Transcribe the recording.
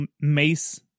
mace